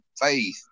faith